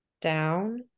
down